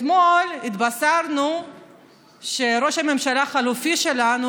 אתמול התבשרנו שראש הממשלה החלופי שלנו,